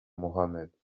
mohammed